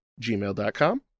gmail.com